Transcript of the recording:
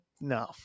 No